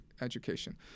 education